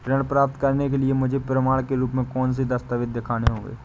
ऋण प्राप्त करने के लिए मुझे प्रमाण के रूप में कौन से दस्तावेज़ दिखाने होंगे?